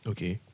Okay